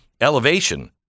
elevation